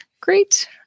great